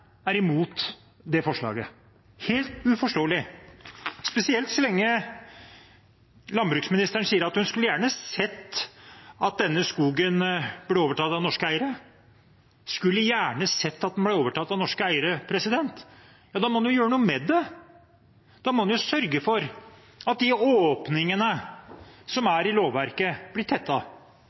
er imot det forslaget – helt uforståelig – spesielt så lenge landbruksministeren sier at hun gjerne skulle sett at denne skogen ble overtatt av norske eiere. Hun skulle gjerne sett at den ble overtatt av norske eiere, president! Da må man jo gjøre noe med det. Da må man jo sørge for at de åpningene som er i lovverket, blir